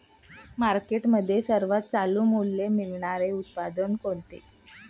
मार्केटमध्ये सर्वात चालू मूल्य मिळणारे उत्पादन कोणते?